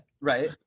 Right